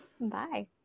Bye